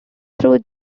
through